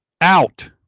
out